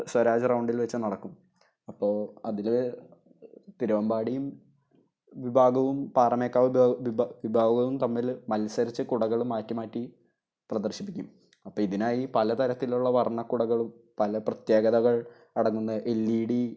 സ്വരാജ് റൗണ്ടില് വെച്ച് നടക്കും അപ്പോൾ അതിൽ തിരുവമ്പാടിയും വിഭാഗവും പാറമേക്കാവ് വിഭ വിഭാഗവും തമ്മിൽ മത്സരിച്ച് കുടകൾ മാറ്റി മാറ്റി പ്രദര്ശിപ്പിക്കും അപ്പം ഇതിനായി പലതരത്തിലുള്ള വര്ണ്ണക്കുടകളും പല പ്രത്യേകതകള് അടങ്ങുന്ന എല് ഇ ഡി